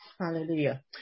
Hallelujah